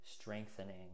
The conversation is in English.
strengthening